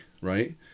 right